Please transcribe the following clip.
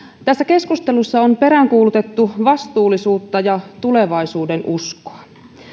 tässä keskustelussa on peräänkuulutettu vastuullisuutta ja tulevaisuudenuskoa